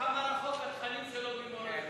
כמה רחוקים התכנים שלו ממורשת.